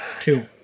Two